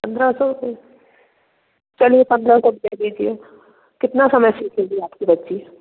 पन्द्रह सौ फ़ीस चलिए पन्द्रह सौ दे दीजिए कितना समय सीखेगी आपकी बच्ची